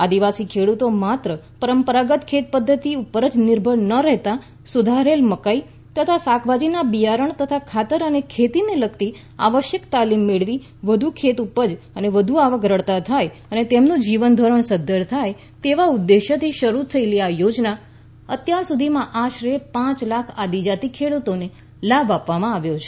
આદિવાસી ખેડૂતો માત્ર પરંપરાગત ખેત પદ્ધતિ ઉપરજ નિર્ભર ન રહેતા સુધારેલ મકાઇ તથા શાકભાજીના બિયારણ તથા ખાતર અને ખેતીને લગતી આવશ્યક તાલીમ મેળવી વધુ ખેત ઉપજ અને વધુ આવક રળતા થાય અને તેમનું જીવનધોરણ સદ્વર થાય તેવા ઉદેશ્યથી શરૂ થયેલી આ યોજનામાં અત્યાર સુધીમાં આશરે પાંચ લાખ આદિજાતિ ખેડૂતોને લાભો આપવામાં આવ્યા છે